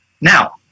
Now